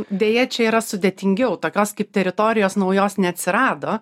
deja čia yra sudėtingiau tokios kaip teritorijos naujos neatsirado